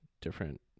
different